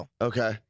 Okay